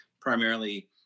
primarily